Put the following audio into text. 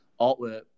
artwork